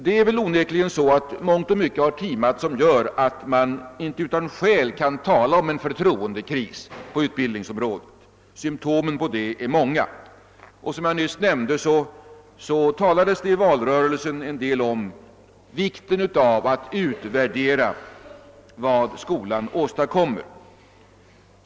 Det är väl onekligen så att mångt och mycket har timat, som gör att man inte utan skäl kan tala om en förtroendekris på utbildningsområdet. Symtomen på det är många. Som jag nyss nämnde, talades det i valrörelsen en del om vikten av att utvärdera vad skolan åstadkommer.